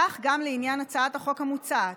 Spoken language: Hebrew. כך גם לעניין הצעת החוק המוצעת.